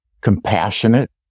compassionate